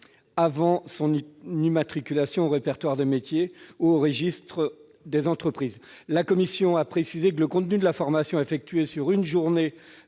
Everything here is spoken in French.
avant son immatriculation au répertoire des métiers ou au registre des entreprises. La commission a précisé le contenu de la formation à effectuer sur une journée